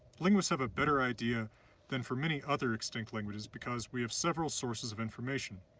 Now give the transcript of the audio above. linguists have a better idea than for many other extinct languages because we have several sources of information.